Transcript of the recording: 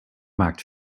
maakt